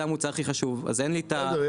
המוצר הכי חשוב אז אין לי את ה --- בסדר,